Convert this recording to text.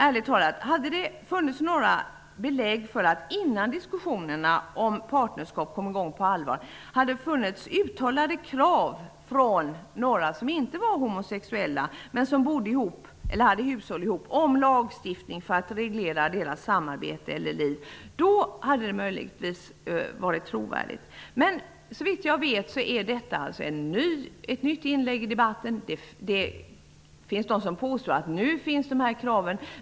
Ärligt talat: om det hade funnits några belägg -- innan diskussionen om partnerskap kom i gång på allvar -- för att det fanns uttalade krav från några som inte var homosexuella men som bodde ihop eller hade hushåll ihop på lagstiftning för att reglera deras samarbete eller liv ihop, hade det möjligtvis varit trovärdigt. Men såvitt jag vet är detta alltså ett nytt inlägg i debatten. Det finns de som påstår att de här kraven finns nu.